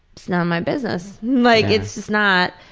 it's not my business. like it's just not.